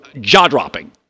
jaw-dropping